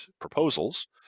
proposals